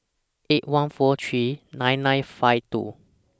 eight one four three nine nine five two